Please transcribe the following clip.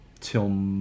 till